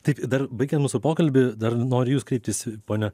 taip i dar baigian mūsų pokalbį dar noriu į jus kreiptis ponia